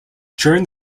during